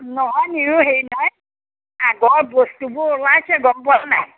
নহয় নিৰু হেৰি নহয় আগৰ বস্তুবোৰ ওলাইছে গম পোৱানে নাই